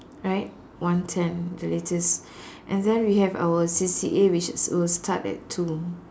right one ten the latest and then we have our C_C_A which is will start at two